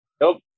Nope